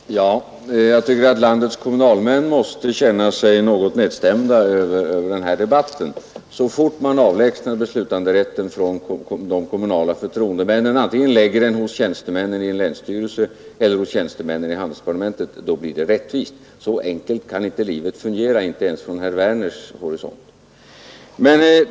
Herr talman! Jag tycker att landets kommunalmän måste känna sig något nedstämda över den här debatten. Man har dragit slutsatsen, att så fort man avlägsnar beslutanderätten från de kommunala förtroendemännen och antingen lägger den hos tjänstemännen i en länsstyrelse eller hos tjänstemännen i handelsdepartementet, blir det rättvisa. Så enkelt kan dock inte livet fungera, inte ens sett från herr Werners horisont.